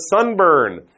sunburn